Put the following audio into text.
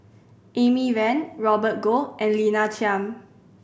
Amy Van Robert Goh and Lina Chiam